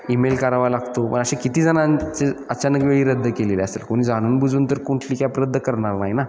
email करावा लागतो पण असे किती जणांचे अचानक वेळी रद्द केलेली आहे असेल कोणी जाणून बुजून तर कुठली कॅप रद्द करणार नाही ना